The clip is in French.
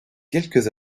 quelques